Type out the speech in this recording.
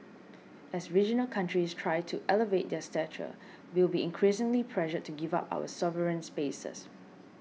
as regional countries try to elevate their stature we will be increasingly pressured to give up our sovereign spaces